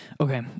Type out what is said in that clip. okay